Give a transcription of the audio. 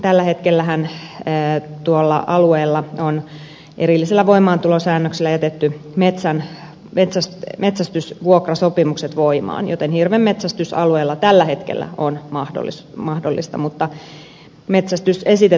tällä hetkellähän tuolla alueella on erillisellä voimaantulosäännöksellä jätetty metsästysvuokrasopimukset voimaan joten hirvenmetsästys alueella tällä hetkellä on mahdollista mutta metsästys esitetään kiellettäväksi